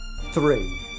Three